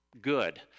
good